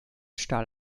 stahl